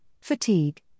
fatigue